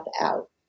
out